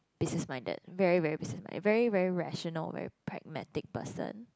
business minded very very business minded very very rational very pragmatic person